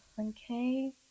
okay